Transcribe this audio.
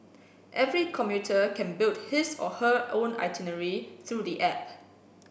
every commuter can build his or her own itinerary through the app